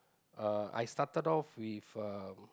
uh I started off with uh